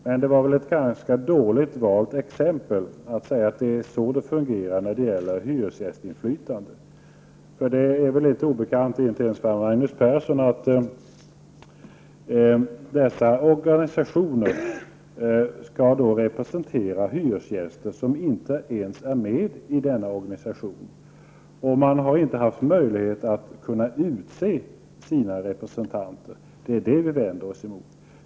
Men hyresgästinflytandet är väl ett illa valt exempel på representativ demokrati -- det är väl inte obekant ens för Magnus Persson att hyresgästorganisationerna skall representera hyresgäster som inte ens är med i dessa organisationer och som alltså inte har haft möjlighet att vara med och utse sina representanter. Det är det vi vänder oss emot.